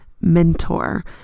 mentor